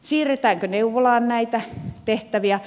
siirretäänkö neuvolaan näitä tehtäviä